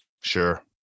Sure